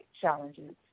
challenges